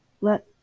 let